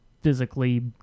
physically